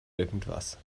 irgendwas